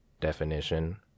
Definition